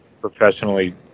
professionally